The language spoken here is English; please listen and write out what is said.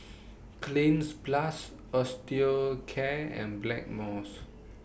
Cleanz Plus Osteocare and Blackmores